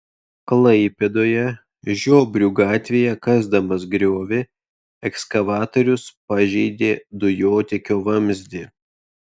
klaipėdoje žiobrių gatvėje kasdamas griovį ekskavatorius pažeidė dujotiekio vamzdį